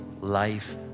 life